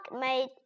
made